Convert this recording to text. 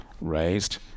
raised